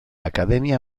academia